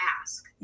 ask